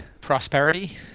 prosperity